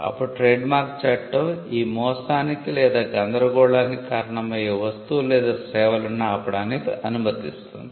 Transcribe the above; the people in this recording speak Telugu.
అప్పుడు ట్రేడ్మార్క్ చట్టం ఈ మోసానికి లేదా గందరగోళానికి కారణమయ్యే వస్తువులు లేదా సేవలను ఆపడానికి అనుమతిస్తుంది